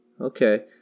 Okay